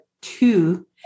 two